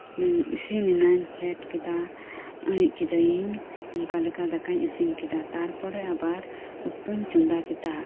ᱤᱥᱤᱱᱮᱱᱟ ᱯᱷᱮᱰ ᱠᱤᱫᱟᱧ ᱟᱹᱬᱤᱡ ᱠᱤᱫᱟᱹᱧ ᱚᱱᱠᱟ ᱞᱮᱠᱟ ᱫᱟᱠᱟᱧ ᱤᱥᱤᱱ ᱠᱮᱫᱟ ᱛᱟᱨᱯᱚᱨᱮ ᱟᱵᱟᱨ ᱩᱛᱩᱧ ᱪᱚᱸᱫᱟ ᱠᱮᱫᱟ